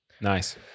Nice